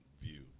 view